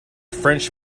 french